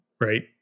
right